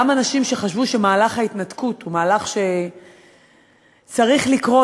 גם אנשים שחשבו שמהלך ההתנתקות הוא מהלך שצריך לקרות,